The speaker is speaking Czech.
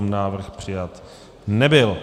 Návrh přijat nebyl.